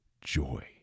joy